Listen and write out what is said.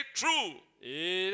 true